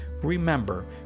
Remember